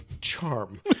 charm